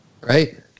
Right